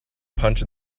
punch